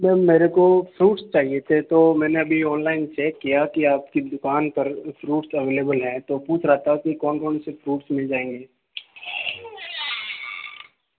ma'am मेरे को fruits चाहिए थे तो मैंने अभी ऑनलाइन चेक किया कि आपकी दुकान पर फ्रूट्स अवेलेबल हैं तो पूछ रहा था कि कौन कौन से फ्रूट्स मिल जाएँगे